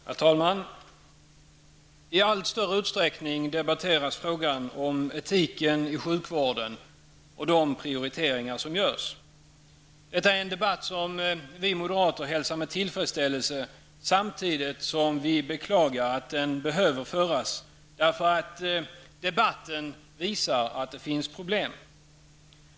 Herr talman! I allt större utsträckning debatteras frågan om etiken i sjukvården och de prioriteringar som görs. Detta är en debatt som vi moderater hälsar med tillfredsställelse, samtidigt som vi beklagar att den behöver föras. Debatten visar nämligen att det finns problem.